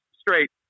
straight